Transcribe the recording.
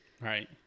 right